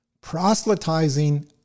proselytizing